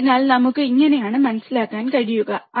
അതിനാൽ നമുക്ക് ഇങ്ങനെയാണ് മനസ്സിലാക്കാൻ കഴിയുക